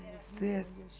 sis,